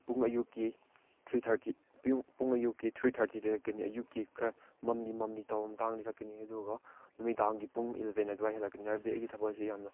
ꯄꯨꯡ ꯑꯌꯨꯛꯀꯤ three thirty ꯄꯨꯡ ꯑꯌꯨꯛꯀꯤ ꯊ꯭ꯔꯤ ꯊꯥꯔꯇꯤꯗ ꯀꯩꯅꯣ ꯑꯌꯨꯛꯀꯤ ꯈꯔ ꯃꯝꯂꯤ ꯃꯝꯂꯤ ꯇꯧꯕ ꯃꯌꯥꯡꯗ ꯆꯠꯀꯅꯤ ꯑꯗꯨꯒ ꯅꯨꯃꯤꯗꯥꯡꯒꯤ ꯄꯨꯡ ꯑꯦꯂꯕꯦꯟ ꯑꯗꯨꯋꯥꯏ ꯍꯜꯂꯛꯀꯅꯤ ꯍꯥꯏꯕꯗꯤ ꯑꯩꯒꯤ ꯊꯕꯛꯁꯤ ꯌꯥꯝꯅ